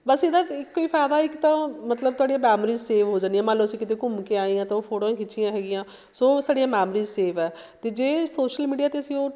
ਬਸ ਇਹਦਾ ਇੱਕ ਹੀ ਫਾਇਦਾ ਇੱਕ ਤਾਂ ਉਹ ਮਤਲਬ ਤੁਹਾਡੀਆਂ ਮੈਮਰੀ ਸੇਵ ਹੋ ਜਾਂਦੀਆਂ ਮੰਨ ਲਓ ਅਸੀਂ ਕਿਤੇ ਘੁੰਮ ਕੇ ਆਏ ਹਾਂ ਤਾਂ ਉਹ ਫੋਟੋ ਖਿੱਚੀਆਂ ਹੈਗੀਆਂ ਸੋ ਸਾਡੀਆਂ ਮੈਮਰੀਜ਼ ਸੇਵ ਆ ਅਤੇ ਜੇ ਸੋਸ਼ਲ ਮੀਡੀਆ 'ਤੇ ਅਸੀਂ ਉਹ